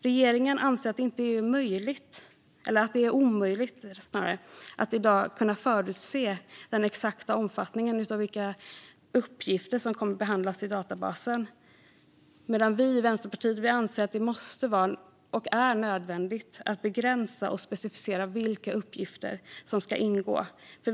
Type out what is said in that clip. Regeringen anser att det är omöjligt att i dag kunna förutse den exakta omfattningen av vilka uppgifter som kommer att behandlas i databasen, medan vi i Vänsterpartiet anser att det måste vara och är nödvändigt att begränsa och specificera vilka uppgifter som ska ingå.